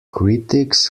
critics